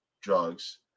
drugs